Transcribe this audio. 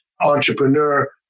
entrepreneur